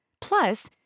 Plus